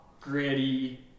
gritty